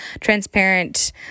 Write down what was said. transparent